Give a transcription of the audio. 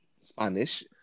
Spanish